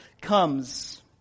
comes